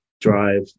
drive